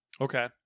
Okay